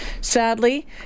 Sadly